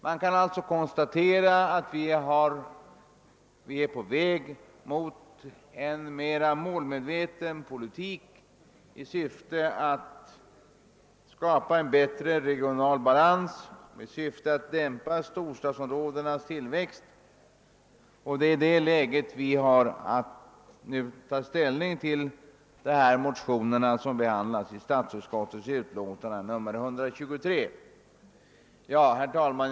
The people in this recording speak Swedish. Man kan alltså konstatera att vi är på väg mot en mera målmedveten politik i syfte att skapa bättre regional balans genom att bl.a. dämpa storstadsområdenas tillväxt. Det är i det läget vi nu har att ta ställning till de motioner som behandlas i statsutskottets utlåtande nr 123. Herr talman!